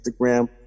Instagram